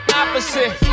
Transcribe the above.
opposite